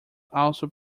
also